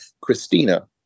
Christina